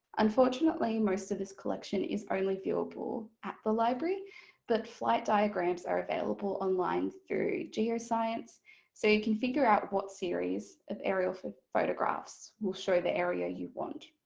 unfortunately, most of this collection is only viewable at the library but flight diagrams are available online through geoscience so you can figure out what series of aerial photographs will show the area you want.